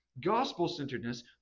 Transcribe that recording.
Gospel-centeredness